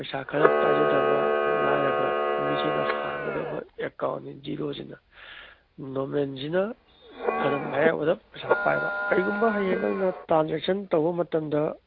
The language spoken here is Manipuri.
ꯄꯩꯁꯥ ꯈꯔ ꯄꯥꯏꯖꯗꯕ ꯂꯥꯏꯔꯕ ꯃꯤꯁꯤꯡꯅ ꯍꯥꯡꯒꯗꯕ ꯑꯦꯛꯀꯥꯎꯟꯅꯤ ꯖꯦꯔꯣꯁꯤꯅ ꯅꯣꯔꯃꯦꯜꯁꯤꯅ ꯈꯔ ꯃꯌꯥꯏꯑꯣꯏꯔꯞ ꯄꯩꯁꯥ ꯄꯥꯏꯕ ꯀꯔꯤꯒꯨꯝꯕ ꯍꯌꯦꯡ ꯅꯪꯅ ꯇ꯭ꯔꯥꯟꯖꯦꯛꯁꯟ ꯇꯧꯕ ꯃꯇꯝꯗ